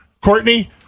Courtney